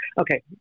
Okay